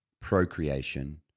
procreation